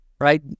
right